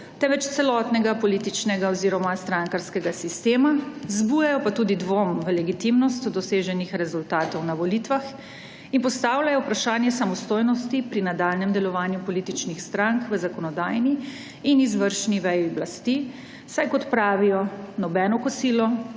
temveč celotnega političnega oziroma strankarskega sistema, vzbujajo pa tudi dvom v legitimnost doseženih rezultatov na volitvah in postavljajo vprašanje samostojnosti pri nadaljnjem delovanju političnih strank v zakonodajni in izvršni veji oblasti, saj, kot pravijo, nobeno kosilo,